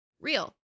real